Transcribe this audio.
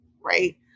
right